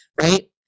right